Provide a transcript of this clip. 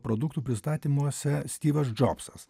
produktų pristatymuose styvas džobsas